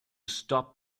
stop